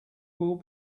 will